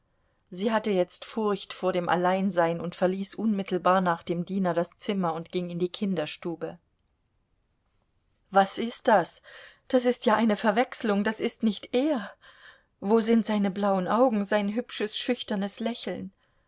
sie hatte jetzt furcht vor dem alleinsein und verließ unmittelbar nach dem diener das zimmer und ging in die kinderstube was ist das das ist ja eine verwechslung das ist nicht er wo sind seine blauen augen sein hübsches schüchternes lächeln